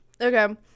Okay